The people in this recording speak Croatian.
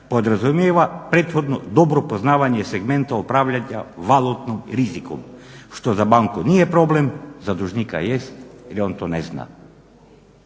podrazumijeva prethodno dobro poznavanje segmenta upravljanja valutnom riziku što za banku nije problem, za dužnika jest jel on to ne zna.